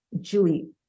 Julie